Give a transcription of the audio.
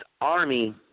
army